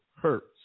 hurts